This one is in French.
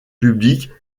publics